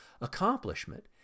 accomplishment